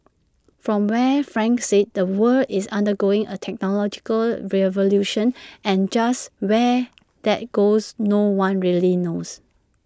from where frank sits the world is undergoing A technological revolution and just where that goes no one really knows